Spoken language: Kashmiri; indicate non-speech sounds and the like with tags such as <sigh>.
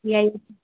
<unintelligible>